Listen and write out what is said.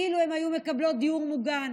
אילו הן היו מקבלות דיור מוגן